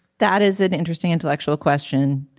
that is an interesting intellectual question.